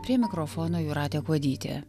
prie mikrofono jūratė kuodytė